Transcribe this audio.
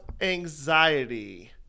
anxiety